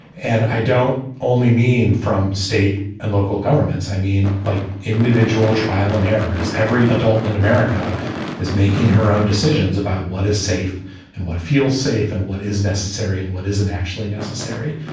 and i don't only mean from state and local governments, i mean like individual trial and error, as every adult in america is making her own decisions about what is safe and what feels safe and what is necessary and what isn't actually necessary.